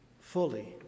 fully